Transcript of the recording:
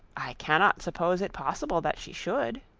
i cannot suppose it possible that she should